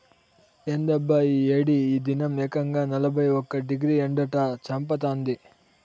ఏందబ్బా ఈ ఏడి ఈ దినం ఏకంగా నలభై ఒక్క డిగ్రీ ఎండట చంపతాంది